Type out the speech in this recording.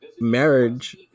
marriage